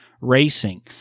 racing